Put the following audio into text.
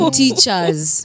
teachers